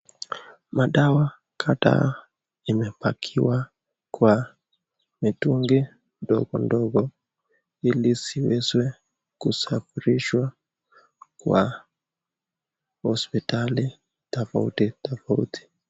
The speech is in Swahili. Madawa kadhaa imepakiwa kwa mitungi ndogo ndogo ili ziweze kusafirishwa kwa hospitali tofauti tofauti.